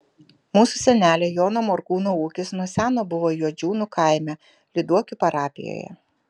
mūsų senelio jono morkūno ūkis nuo seno buvo juodžiūnų kaime lyduokių parapijoje